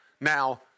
Now